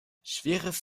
schweres